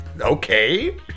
Okay